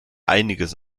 einiges